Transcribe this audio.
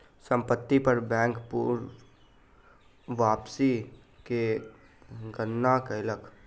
संपत्ति पर बैंक पूर्ण वापसी के गणना कयलक